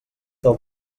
del